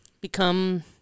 become